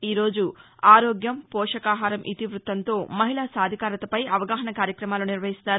ఈరోజు ఆరోగ్యం పోషకాహారం ఇతివృత్తంతో మహిళా సాధికారతపై అవగాహన కార్యక్రమాలు నిర్వహిస్తారు